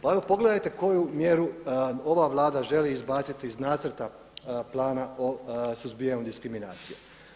Pa evo pogledajte koju mjeru ova Vlada želi izbaciti iz Nacrta plana o suzbijanju diskriminacije.